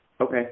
okay